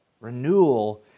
Renewal